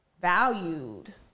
valued